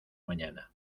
mañana